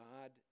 God